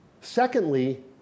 Secondly